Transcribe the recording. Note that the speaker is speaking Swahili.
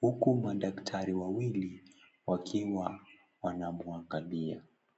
huku madaktari wawili wakiwa wanamwangalia.